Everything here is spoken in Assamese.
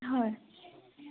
হয়